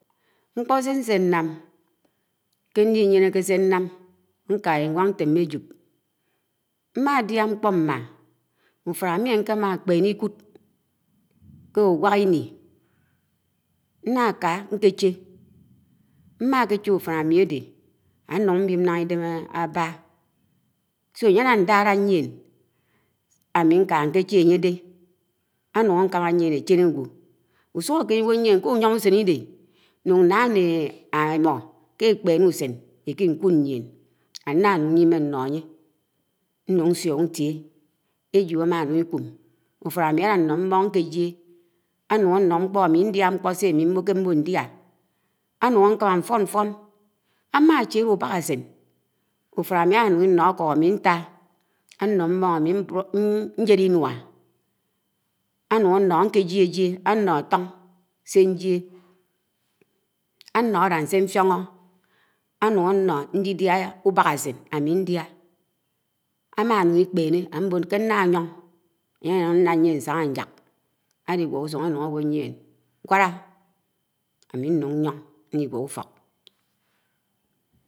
Ñkpo̱ ñse. ñse ñnam ké nliyénéké sé ñnam. ñku Ińwang, ñteme óIjo̱p. M̄adiu̱ ñkpo m̄ma̱, úfan ámi ñkema̱ ḱpene Ikud, kè uw̄ak íni, ñna kà nkèché, mm̄a kéche ufañ āmi āde, ānun ñwip ñna Idém ába, ánye dé ánun aḱama yiēn échen ágwo̱, úsuho̱ ákeme ígwo̱, ýien ñkuyo̱n usen íkikúd ýien, ānna ñun ñyime̱ ńno̱ ánye, ñun ñsio̱k ñtie, èjo̱ áma ñun Ik̄um, úfan ámi álano̱ m̄mon ñkejie, ánun ánno̱ ñkpo̱ ámi ñdia ñkpo̱ sé āmi m̄mo, ké m̄mo̱ dia, ānun ākama̱ nfo̱n ñfo̱n. Ámachéle úbakáseṉ, ufon ámi álanuṉ íno̱ àkok àmi ñta, āno̱ m̄mon ámi ñjed ínua ánun álan sé ñfiono̱, ānun ána āke jiejie̱, āno̱ áto̱n śenjie àno̱ àlan sè ńfiono̱. ā nun áno̱ ñdidia ùbakásen ámi ñdia, āmunun Ikpene̱ àmmo̱ ḱe ñna yo̱n, ānye ānun āgwo̱ ȳien ñsaha ñyak àligẃo̱ usun ágwo̱ yien gẃalá ámi ñun ýo̱n ñligue̱ úfo̱k.